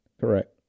Correct